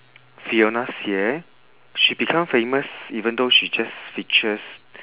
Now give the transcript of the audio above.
fiona xie she become famous even though she just features